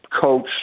coach